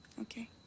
Okay